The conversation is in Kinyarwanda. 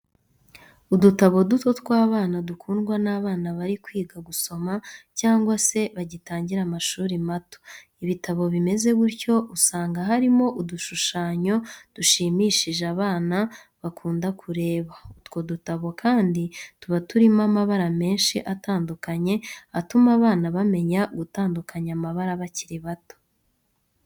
Udutabo duto tw'abana dukundwa n'abana bari kwiga gusoma cyangwa se bagitangira amashuri mato. Ibitabo bimeze gutyo usanga harimo udushushanyo dushimishije abana bakunda kureba, utwo dutabo kandi tuba turimo amabara menshi atandukanye atuma abana bamenya gutandukanya amabara bakiri bato.